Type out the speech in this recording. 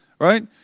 right